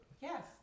Yes